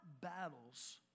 battles